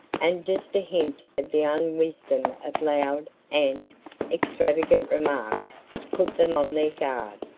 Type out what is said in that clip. and just a hint of the unwisdom of loud and extravagant remarks put them on their guard.